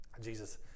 Jesus